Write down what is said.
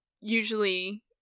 usually